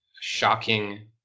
shocking